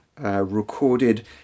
recorded